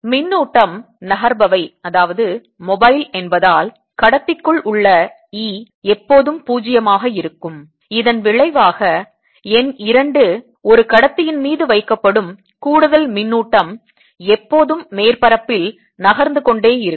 மின்னூட்டம் நகர்பவை என்பதால் கடத்திக்குள் உள்ள E எப்போதும் பூஜ்ஜியமாக இருக்கும் இதன் விளைவாக எண் 2 ஒரு கடத்தியின் மீது வைக்கப்படும் கூடுதல் மின்னூட்டம் எப்போதும் மேற்பரப்பில் நகர்ந்துகொண்டே இருக்கும்